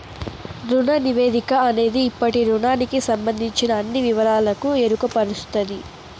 రుణ నివేదిక అనేది ఇప్పటి రుణానికి సంబందించిన అన్ని వివరాలకు ఎరుకపరుస్తది